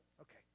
Okay